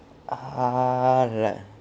ah like